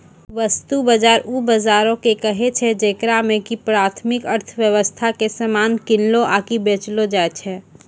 वस्तु बजार उ बजारो के कहै छै जेकरा मे कि प्राथमिक अर्थव्यबस्था के समान किनलो आकि बेचलो जाय छै